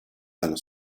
dalla